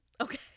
Okay